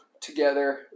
together